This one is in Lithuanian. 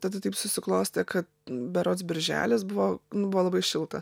tada taip susiklostė kad berods birželis buvo nu buvo labai šilta